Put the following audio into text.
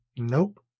nope